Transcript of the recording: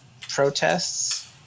protests